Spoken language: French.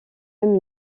même